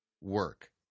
work